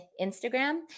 Instagram